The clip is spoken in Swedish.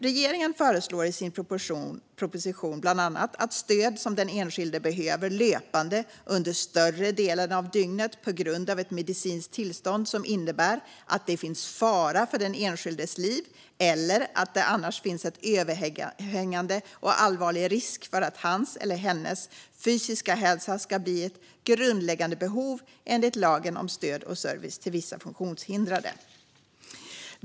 Regeringen föreslår i sin proposition bland annat att stöd som den enskilde behöver löpande under större delen av dygnet på grund av ett medicinskt tillstånd som innebär att det finns fara för den enskildes liv eller att det annars finns en överhängande eller allvarlig risk för att hans eller hennes fysiska hälsa ska bli ett grundläggande behov enligt lagen om stöd och service till vissa funktionshindrade.